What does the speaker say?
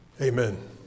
amen